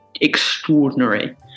extraordinary